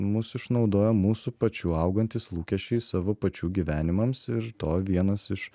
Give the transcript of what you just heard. mus išnaudoja mūsų pačių augantys lūkesčiai savo pačių gyvenimams ir to vienas iš